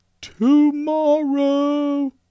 tomorrow